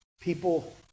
people